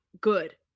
good